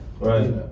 right